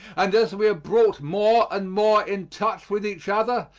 and as we are brought more and more in touch with each other,